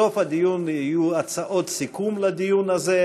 בסוף הדיון יהיו הצעות סיכום לדיון הזה,